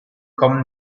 kommen